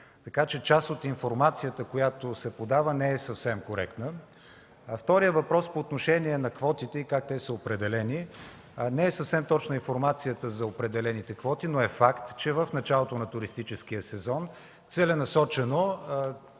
ч. Част от информацията, която се подава, не е съвсем коректна. По втория въпрос – за квотите и как те са определени, не е съвсем точна информацията за определените квоти. Факт е обаче, че в началото на туристическия сезон целенасочено